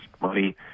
money